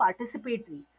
participatory